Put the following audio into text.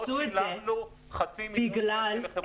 לא שילמנו חצי מיליון שקל לחברת לובינג גדולה.